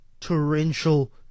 torrential